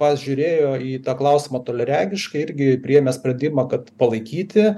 pažiūrėjo į tą klausimą toliaregiškai irgi priėmė sprendimą kad palaikyti